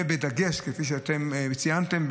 וכפי שציינתם,